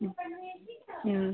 ആ